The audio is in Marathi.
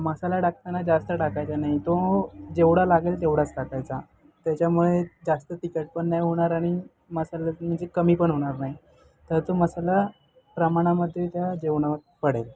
मसाला टाकताना जास्त टाकायचा नाही तो जेवढा लागेल तेवढाच टाकायचा त्याच्यामुळे जास्त तिखट पण नाही होणार आणि मसालेत म्हणजे कमी पण होणार नाही तर तो मसाला प्रमाणामध्ये त्या जेवणात पडेल